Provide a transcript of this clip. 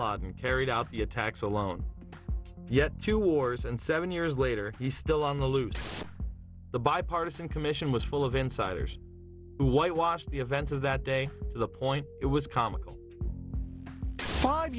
laden carried out the attacks alone yet two wars and seven years later he's still on the loose the bipartisan commission was full of insiders who whitewashed the events of that day to the point it was comical five